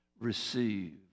receive